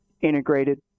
integrated